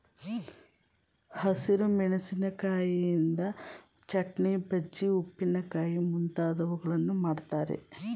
ಹಸಿರು ಮೆಣಸಿಕಾಯಿಯಿಂದ ಚಟ್ನಿ, ಬಜ್ಜಿ, ಉಪ್ಪಿನಕಾಯಿ ಮುಂತಾದವುಗಳನ್ನು ಮಾಡ್ತರೆ